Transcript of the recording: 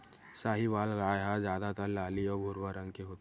साहीवाल गाय ह जादातर लाली अउ भूरवा रंग के होथे